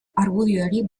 argudioari